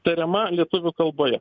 tariama lietuvių kalboje